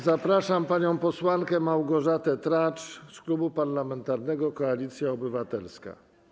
Zapraszam panią posłankę Małgorzatę Tracz z Klubu Parlamentarnego Koalicja Obywatelska.